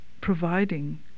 providing